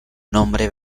nombre